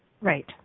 Right